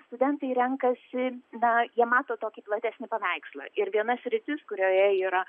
studentai renkasi na jie mato tokį platesnį paveikslą ir viena sritis kurioje yra